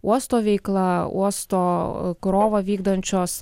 uosto veikla uosto krovą vykdančios